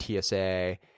TSA